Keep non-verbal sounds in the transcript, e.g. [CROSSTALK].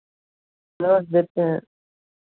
[UNINTELLIGIBLE] देते हैं